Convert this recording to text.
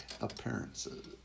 appearances